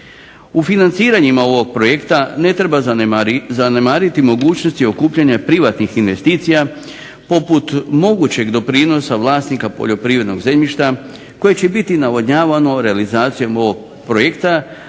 U financiranjima ovoga projekta ne treba zanemariti mogućnosti okupljanja privatnih investicija poput mogućeg doprinosa vlasnika poljoprivrednog zemljišta, koje će biti navodnjavano realizacijom ovog projekta,